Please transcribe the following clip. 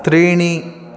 त्रीणि